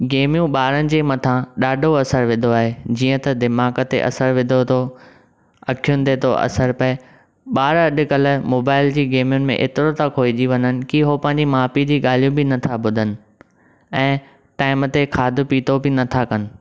गेमियूं ॿारुनि जे मथा ॾाढो असर विदो आहे जीअं त दिमाग़ ते असर विदो थो अखीयुनि ते थो असर पइ ॿार अॼुकल्ह मोबाइल जी गेमियूं में ऐतरो त खोइजी त वननि कि हू पंहिंजे माउ पीउ जी ॻाल्हियूं बि नथा ॿुधनि ऐं टाइम ते खादो पीतो बि नथा कनि